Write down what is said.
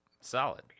Solid